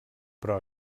però